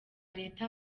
leta